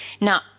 Now